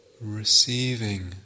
receiving